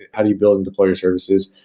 how do you build and deploy your services,